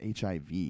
HIV